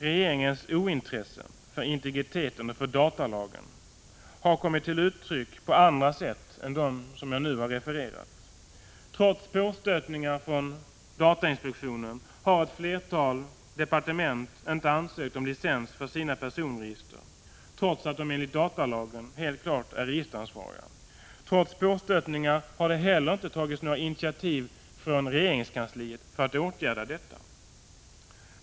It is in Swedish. Regeringens ointresse för integriteten och för datalagen har kommit till uttryck på andra sätt än de som jag nu har refererat. Trots påstötningar från datainspektionen har ett flertal departement inte ansökt om licens för sina personregister, fastän de enligt datalagen helt klart är registeransvariga. Trots påstötningar har det heller inte tagits några initiativ från regeringskansliet för att åtgärda detta.